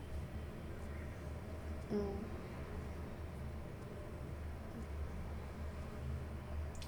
mm